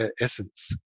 essence